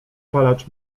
palacz